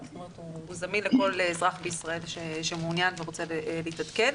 הוא זמין לכל אזרח בישראל שמעוניין ורוצה להתעדכן.